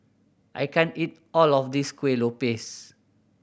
I can't eat all of this Kuih Lopes